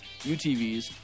UTVs